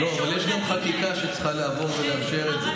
יש גם חקיקה שצריכה לעבור ולאפשר את זה.